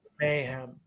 mayhem